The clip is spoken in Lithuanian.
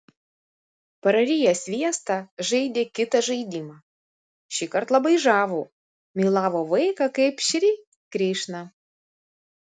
prariję sviestą žaidė kitą žaidimą šįkart labai žavų mylavo vaiką kaip šri krišną